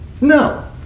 No